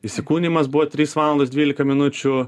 įsikūnijimas buvo trys valandos dvylika minučių